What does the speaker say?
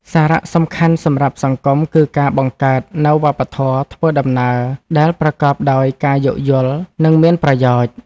សារៈសំខាន់សម្រាប់សង្គម គឺការបង្កើតនូវវប្បធម៌ធ្វើដំណើរដែលប្រកបដោយការយោគយល់ និងមានប្រយោជន៍។